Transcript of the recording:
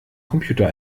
computer